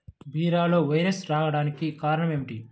బీరలో వైరస్ రావడానికి కారణం ఏమిటి?